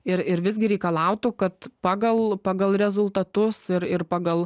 ir ir visgi reikalautų kad pagal pagal rezultatus ir ir pagal